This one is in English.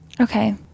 Okay